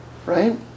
right